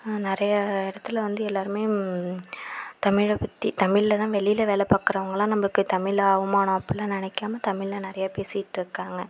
நிறைய இடத்துல வந்து எல்லாருமே தமிழை பற்றி தமிழில் தான் வெளியில வேலை பார்க்குறவங்களாம் நமக்கு தமிழை அவமானம் அப்படிலாம் நினைக்காம தமிழில் நிறையா பேசிட்யிருக்காங்க